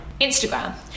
Instagram